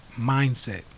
mindset